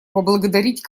поблагодарить